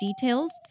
details